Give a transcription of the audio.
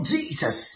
Jesus